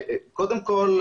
קודם כול,